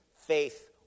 faith